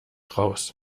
raus